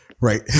right